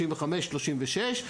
35, 36,